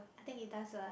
I think it does lah